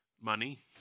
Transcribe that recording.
Money